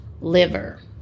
liver